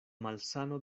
malsano